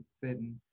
sitting